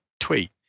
tweet